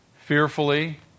fearfully